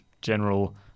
general